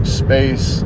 space